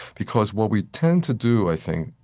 because what we tend to do, i think,